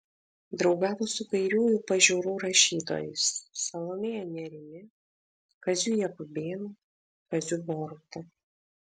draugavo su kairiųjų pažiūrų rašytojais salomėja nėrimi kaziu jakubėnu kaziu boruta